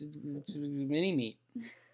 Mini-meat